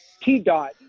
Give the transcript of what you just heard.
T-Dot